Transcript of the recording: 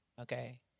okay